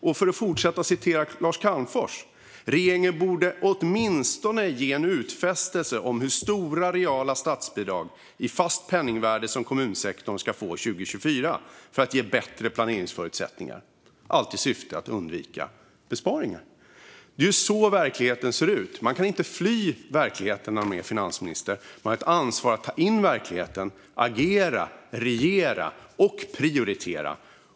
Jag ska fortsätta att citera Lars Calmfors: "Regeringen borde åtminstone ge en utfästelse om hur stora reala statsbidrag - bidrag i fast penningvärde - som kommunsektorn ska få 2024 för att ge bättre planeringsförutsättningar." Allt detta i syfte att undvika besparingar. Det är så verkligheten ser ut. Man kan inte fly verkligheten när man är finansminister. Man har ett ansvar att ta in verkligheten, agera, regera och prioritera.